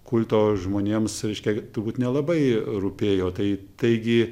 kulto žmonėms reiškė turbūt nelabai rūpėjo tai taigi